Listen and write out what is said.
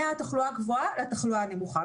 מהתחלואה הגבוהה לתחלואה הנמוכה.